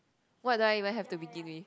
what do I even have to begin with